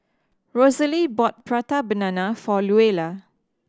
Rosalee bought Prata Banana for Luella